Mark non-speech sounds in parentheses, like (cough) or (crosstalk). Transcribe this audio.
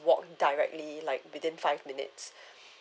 walk directly like within five minutes (breath)